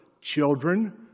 children